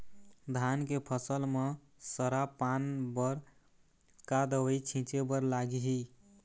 धान के फसल म सरा पान बर का दवई छीचे बर लागिही?